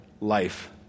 life